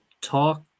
Talk